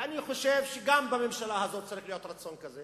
ואני חושב שגם בממשלה הזאת צריך להיות רצון כזה